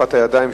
שפת הידיים,